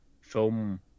film